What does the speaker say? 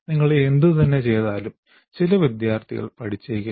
നിങ്ങൾ എന്തുതന്നെ ചെയ്താലും ചില വിദ്യാർത്ഥികൾ പഠിച്ചേക്കില്ല